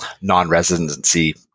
non-residency